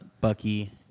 Bucky